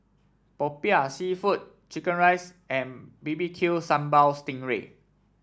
Popiah seafood chicken rice and B B Q Sambal Sting Ray